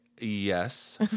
Yes